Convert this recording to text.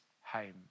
home